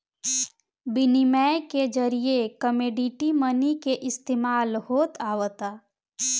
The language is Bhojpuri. बिनिमय के जरिए कमोडिटी मनी के इस्तमाल होत आवता